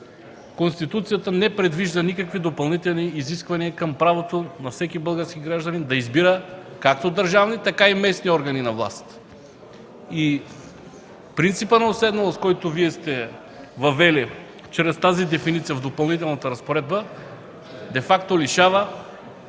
Конституцията не предвижда никакви допълнителни изисквания към правото на всеки български гражданин да избира както държавни, така и местни органи на власт. Принципът на отседналост, който Вие сте въвели чрез тази дефиниция в Допълнителната разпоредба, де факто лишава